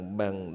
bằng